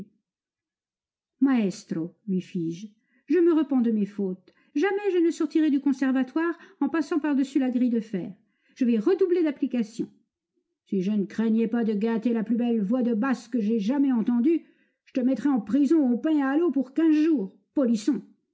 fis-je je me repens de mes fautes jamais je ne sortirai du conservatoire en passant par-dessus la grille de fer je vais redoubler d'application si je ne craignais pas de gâter la plus belle voix de basse que j'aie jamais entendue je te mettrais en prison au pain et à l'eau pour quinze jours polisson